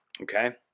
Okay